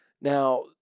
Now